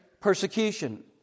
persecution